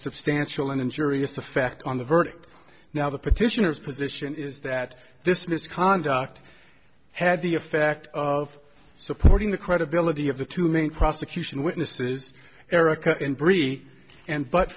substantial and injurious effect on the verdict now the petitioners position is that this misconduct had the effect of supporting the credibility of the two main prosecution witnesses erica and bree and but